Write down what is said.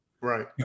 Right